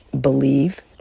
believe